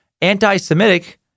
anti-Semitic